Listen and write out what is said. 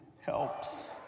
helps